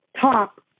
top